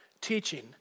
teaching